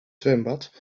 zwembad